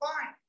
Fine